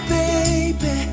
baby